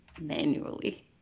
manually